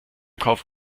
kauf